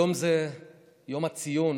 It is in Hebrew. היום זה יום הציון